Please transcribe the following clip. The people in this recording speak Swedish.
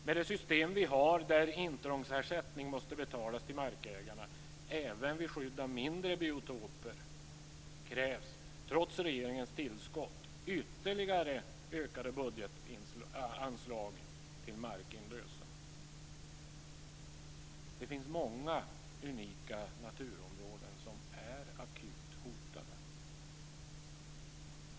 Med det system vi har där intrångsersättning måste betalas till markägarna även vid skydd av mindre biotoper krävs trots regeringens tillskott ytterligare ökade budgetanslag till markinlösen. Det finns många unika naturområden som är akut hotade.